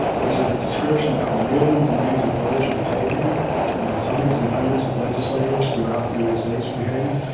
which is a description of how millions and millions of voters are behaving and hundreds and hundreds of legislators throughout the united states are behaving,